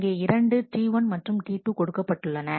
இங்கே இரண்டு T1 மற்றும் T2 கொடுக்கப்பட்டுள்ளன